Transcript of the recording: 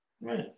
right